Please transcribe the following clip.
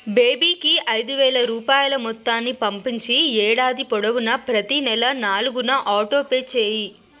బేబీకి ఐదువేల రూపాయల మొత్తాన్ని పంపించి ఏడాది పొడవునా ప్రతీ నెల నాలుగున ఆటోపే చేయి